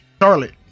Charlotte